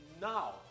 now